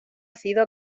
sido